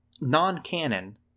non-canon